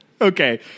Okay